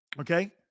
okay